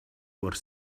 were